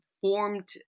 formed